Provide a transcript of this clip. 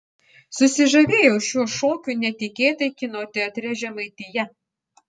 susižavėjau šiuo šokiu netikėtai kino teatre žemaitija